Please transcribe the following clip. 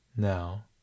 Now